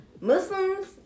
Muslims